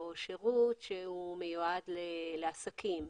או שירות שמיועד לעסקים.